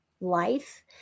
life